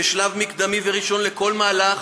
כשלב מקדמי וראשון לכל מהלך,